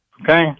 Okay